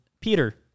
Peter